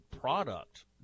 product